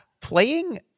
playing